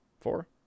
Four